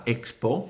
Expo